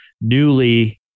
newly